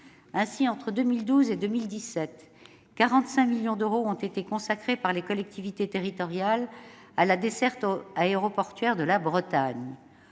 Ainsi, entre 2012 et 2017, 45 millions d'euros ont été consacrés par les collectivités territoriales à la desserte aéroportuaire de la Bretagne.